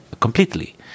completely